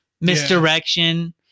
misdirection